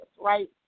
right